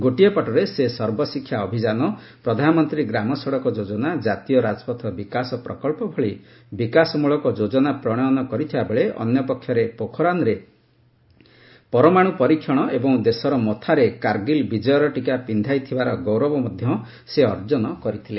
ଗୋଟିଏ ପଟରେ ସେ ସର୍ବଶିକ୍ଷା ଅଭିଯାନ ପ୍ରଧାନମନ୍ତ୍ରୀ ଗ୍ରାମ ସଡ଼କ ଯୋଜନା ଜାତୀୟ ରାଜପଥ ବିକାଶ ପ୍ରକଚ୍ଚ ଭଳି ବିକାଶମୂଳକ ଯୋଜନା ପ୍ରଶୟନ କରିଥିବାବେଳେ ଅନ୍ୟପକ୍ଷରେ ପୋଖରାମରେ ପରମାଣୁ ପରୀକ୍ଷଣ ଏବଂ ଦେଶର ମଥାରେ କାର୍ଗିଲ୍ ବିଜୟର ଟୀକା ପିନ୍ଧାଇଥିବାର ଗୌରବ ମଧ୍ୟ ସେ ଅର୍ଜନ କରିଥିଲେ